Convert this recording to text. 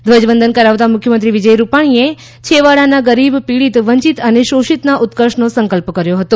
ધ્વજવંદન કરાવતા મુખ્યમંત્રી વિજય રૂપાણીએ છેવાડાના ગરીબ પીડીત વંચીત અને શોષિતના ઉત્કર્ષનો સંક્લ્પ કર્યો હતો